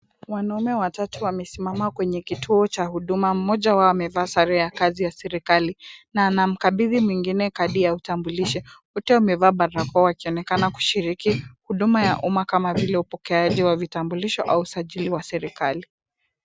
Wanaume watatu wamesimama kwenye kituo cha huduma. Mmoja wao amevaa sare ya kazi ya serikali na anamkabidhi mwingine kadi ya utambulisho. Wote wamevaa barakoa wakionekana kushiriki huduma ya umma kama vile upokeaji wa vitambulisho au usajili wa serikali.